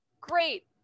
great